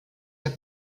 der